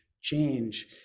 change